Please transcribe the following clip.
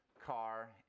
car